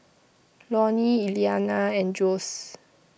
Lorne Eliana and Jose